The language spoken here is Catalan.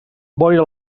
boira